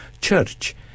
Church